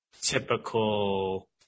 typical